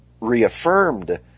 reaffirmed